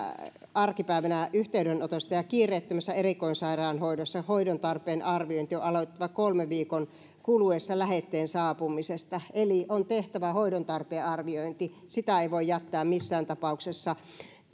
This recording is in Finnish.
arkipäivänä yhteydenotosta ja kiireettömässä erikoissairaanhoidossa hoidon tarpeen arviointi on aloitettava kolmen viikon kuluessa lähetteen saapumisesta eli on tehtävä hoidon tarpeen arviointi sitä ei voi jättää missään tapauksessa